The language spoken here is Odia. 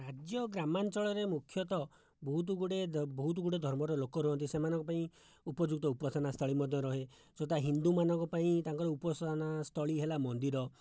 ରାଜ୍ୟ ଗ୍ରାମାଞ୍ଚଳରେ ମୁଖ୍ୟତଃ ବହୁତଗୁଡ଼ିଏ ବହୁତଗୁଡ଼ିଏ ଧର୍ମର ଲୋକ ରହନ୍ତି ସେମାନଙ୍କ ପାଇଁ ଉପଯୁକ୍ତ ଉପାସନା ସ୍ଥଳୀ ମଧ୍ୟ ରହେ ଯଥା ହିନ୍ଦୁମାନଙ୍କ ପାଇଁ ତାଙ୍କର ଉପାସନାସ୍ଥଳୀ ହେଲା ମନ୍ଦିର